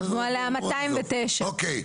חתמו עליה 209. אוקיי.